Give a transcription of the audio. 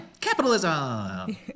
Capitalism